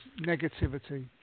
negativity